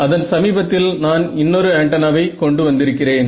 அதன் சமீபத்தில் நான் இன்னொரு ஆண்டனாவை கொண்டு வந்திருக்கிறேன்